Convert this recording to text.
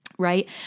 right